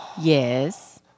Yes